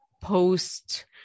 post